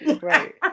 Right